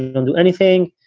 and do anything.